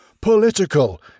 political